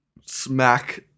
smack